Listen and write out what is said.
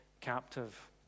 captive